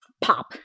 pop